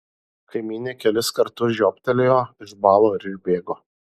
kaimynė kelis kartus žiobtelėjo išbalo ir išbėgo